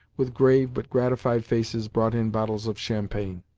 with grave but gratified faces, brought in bottles of champagne.